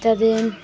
त्यहाँदेखिन्